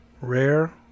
Rare